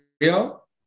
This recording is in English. real